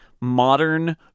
modern